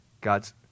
God's